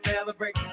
celebrate